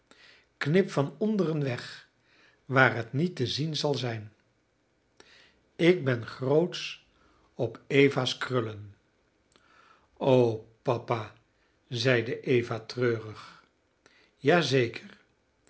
knip van onderen weg waar het niet te zien zal zijn ik ben grootsch op eva's krullen o papa zeide eva treurig